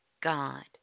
God